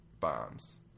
bombs